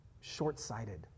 short-sighted